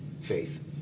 faith